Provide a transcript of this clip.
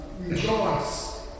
rejoice